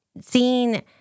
seeing